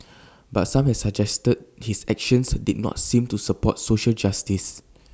but some have suggested his actions did not seem to support social justice